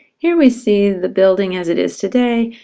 here we see the building as it is today.